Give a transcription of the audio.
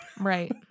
Right